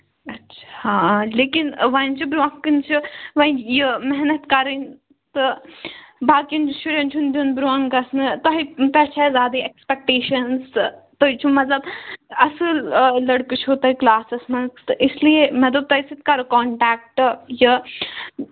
اچھا لیکِن وۅنۍ چھِ برٛونٛہہ کُن چھِ وۅنۍ یہِ محنَت کَرٕنۍ تہٕ باقِیَن شُریٚن چھُنہٕ دِیُن برٛونٛہہ گَژھنہٕ تۅہہِ تۅہہِ چھِ اسہِ زیادٕے ایٚکٕسپٮ۪کٹیشنٕز تہٕ تُہۍ چھِو مطلَب اصٕل آ لٔڑکہٕ چھِو تُہۍ کٕلاسَس منٛز تہٕ اِسلیے مےٚ دوٚپ تۅہہِ سۭتۍ کَرو کَنٹیٚکٹہٕ یہِ